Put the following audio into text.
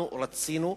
אנחנו רצינו,